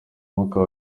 umwuka